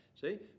See